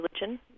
religion